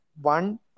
one